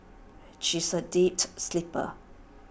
she is A sleeper